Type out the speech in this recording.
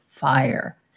fire